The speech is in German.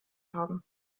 haben